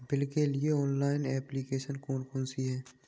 Bill के लिए online application कौन कौन सी हैं?